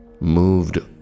Moved